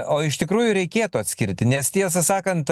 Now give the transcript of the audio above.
o iš tikrųjų reikėtų atskirti nes tiesą sakant